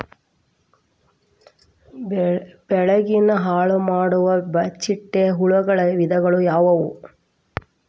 ಬೆಳೆನ ಹಾಳುಮಾಡುವ ಚಿಟ್ಟೆ ಹುಳುಗಳ ವಿಧಗಳು ಯಾವವು?